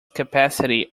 capacity